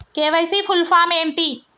KYC full form ఏంటి?